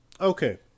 Okay